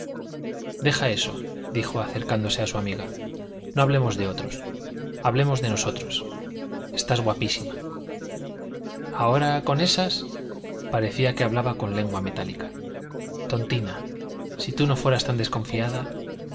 mesía deja eso dijo acercándose a su amiga no hablemos de otros hablemos de nosotros estás guapísima ahora con esas parecía que hablaba con lengua metálica tontina si tú no fueras tan desconfiada